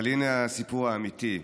אבל הינה הסיפור האמיתי: